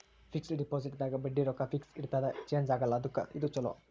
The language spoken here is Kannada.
ಫಿಕ್ಸ್ ಡಿಪೊಸಿಟ್ ದಾಗ ಬಡ್ಡಿ ರೊಕ್ಕ ಫಿಕ್ಸ್ ಇರ್ತದ ಚೇಂಜ್ ಆಗಲ್ಲ ಅದುಕ್ಕ ಇದು ಚೊಲೊ